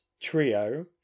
Trio